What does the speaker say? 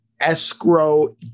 escrow